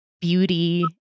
beauty